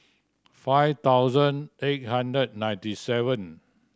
five thousand eight hundred ninety seven